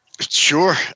Sure